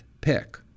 pick